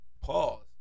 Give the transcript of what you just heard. Pause